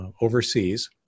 overseas